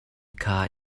kha